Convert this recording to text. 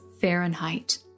Fahrenheit